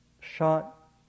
shot